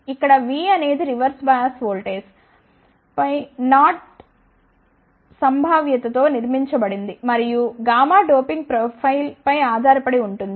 ఇక్కడ V అనేది reverse bias voltage phi naught సంభావ్యత తో నిర్మించబడింది మరియు గామా డోపింగ్ ప్రొఫైల్పై ఆధారపడి ఉంటుంది